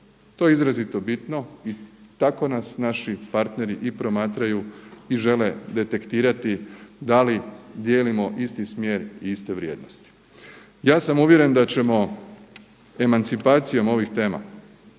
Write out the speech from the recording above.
To je izrazito bitno i tako nas naši partneri i promatraju i žele detektirati da li dijelimo isti smjer i iste vrijednosti. Ja sam uvjeren da ćemo emancipacijom ovih tema